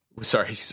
sorry